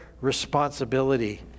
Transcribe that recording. responsibility